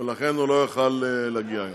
ולכן הוא לא היה יכול להגיע היום.